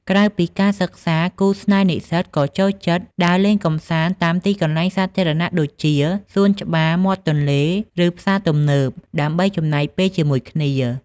ក្រៅពីការសិក្សា គូស្នេហ៍និស្សិតក៏ចូលចិត្ត ដើរលេងកម្សាន្ត តាមទីកន្លែងសាធារណៈដូចជា សួនច្បារ មាត់ទន្លេ ឬផ្សារទំនើប ដើម្បីចំណាយពេលជាមួយគ្នា។